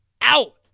out